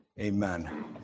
Amen